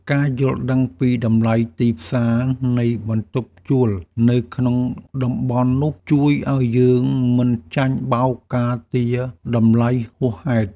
ការយល់ដឹងពីតម្លៃទីផ្សារនៃបន្ទប់ជួលនៅក្នុងតំបន់នោះជួយឱ្យយើងមិនចាញ់បោកការទារតម្លៃហួសហេតុ។